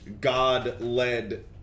god-led